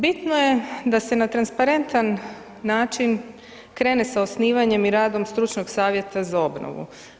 Bitno je da se na transparentan način krene sa osnivanjem i radom stručnog Savjeta za obnovu.